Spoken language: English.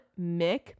Mick